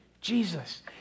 Jesus